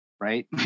right